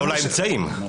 לא לאמצעים.